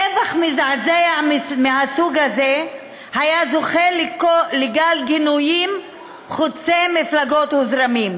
טבח מזעזע מהסוג הזה היה זוכה לגל גינויים חוצה מפלגות וזרמים.